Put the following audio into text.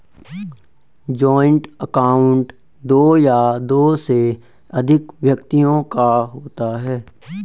joint account दो या दो से अधिक व्यक्तियों का होता है